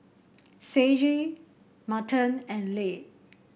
Sage Merton and Layne